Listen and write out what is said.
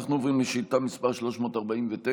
אנחנו עוברים לשאילתה מס' 349,